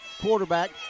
quarterback